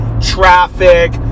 traffic